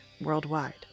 worldwide